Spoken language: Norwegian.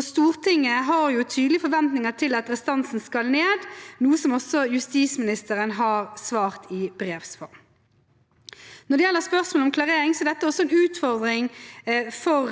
Stortinget har tydelige forventninger til at restansen skal ned, noe som også justisministeren har sagt i brevs form. Spørsmål om klarering er også en utfordring for